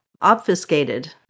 obfuscated